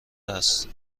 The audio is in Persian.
است